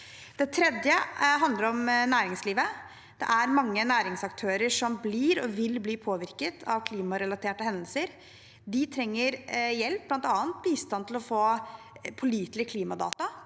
Det tredje handler om næringslivet. Det er mange næringsaktører som blir og vil bli påvirket av klimarelaterte hendelser. De trenger hjelp, bl.a. bistand til å få pålitelige klimadata